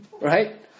Right